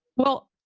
well,